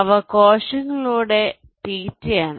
അവ കോശങ്ങളിലൂടെയുള്ള തീറ്റയാണ്